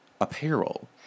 apparel